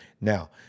Now